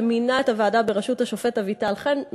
שמינה את הוועדה בראשות השופט אביטל חן,